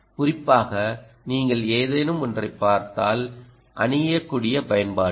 குறிப்பாக நீங்கள் ஏதேனும் ஒன்றைப் பார்த்தால் அணியக்கூடிய பயன்பாடுகள்